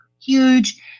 huge